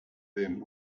them